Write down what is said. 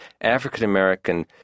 African-American